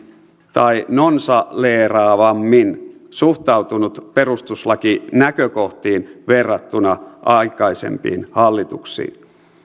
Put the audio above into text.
tai nonsaleeraavammin suhtautunut perustuslakinäkökohtiin verrattuna aikaisempiin hallituksiin